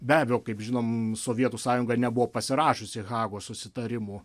be abejo kaip žinom sovietų sąjunga nebuvo pasirašiusi hagos susitarimų